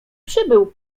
przybył